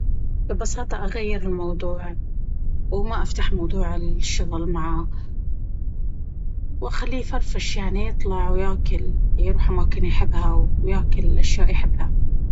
ببساطة أغير الموضوع وما أفتح موضوع الشغل معاه وأخليه يفرفش يعني يطلع وياكل، يروح الأماكن يحبها وياكل الأشياء يحبها.